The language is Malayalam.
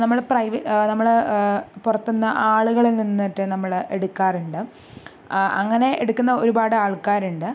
നമ്മൾ പ്രൈവറ്റ് നമ്മൾ പുറത്തു നിന്ന് ആളുകളിൽ നിന്നിട്ട് നമ്മൾ എടുക്കാറുണ്ട് അങ്ങനെ എടുക്കുന്ന ഒരുപാട് ആൾക്കാരുണ്ട്